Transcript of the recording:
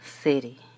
city